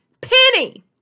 penny